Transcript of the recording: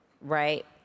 right